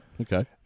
Okay